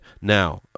now